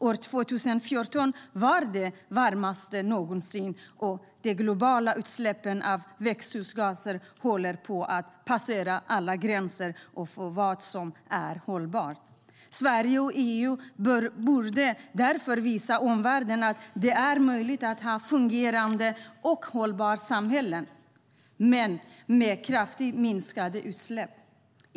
År 2014 var det varmaste året någonsin, och de globala utsläppen av växthusgaser håller på att passera alla gränser för vad som är hållbart. Sverige och EU borde därför visa omvärlden att det är möjligt att ha fungerande och hållbara samhällen men med kraftigt minskade utsläpp.